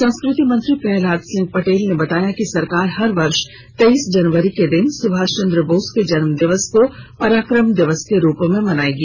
संस्कृति मंत्री प्रह्लाद सिंह पटेल ने बताया कि सरकार हर वर्ष तेईस जनवरी के दिन सुभाष चंद्र बोस के जन्मदिवस को पराक्रम दिवस के रूप में मनाएगी